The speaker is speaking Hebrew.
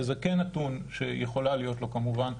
זה כן נתון שיכולה להיות לו משמעות.